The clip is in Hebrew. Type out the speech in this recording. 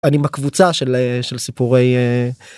אני בקבוצה של סיפורי.